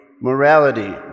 morality